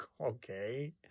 Okay